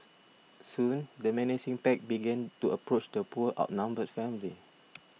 soon the menacing pack began to approach the poor outnumbered family